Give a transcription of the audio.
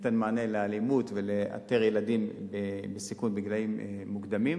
שנותנת מענה לאלימות ולאיתור ילדים בסיכון בגילים מוקדמים.